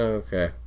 okay